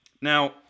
Now